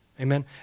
Amen